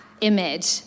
image